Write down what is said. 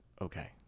Okay